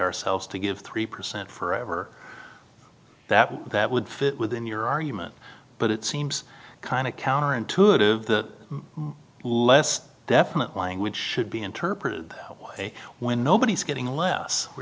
ourselves to give three percent forever that that would fit within your argument but it seems kind of counterintuitive that less definite language should be interpreted that way when nobody is getting less we're